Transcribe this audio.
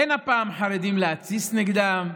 אין הפעם חרדים להתסיס נגדם,